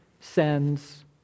Sends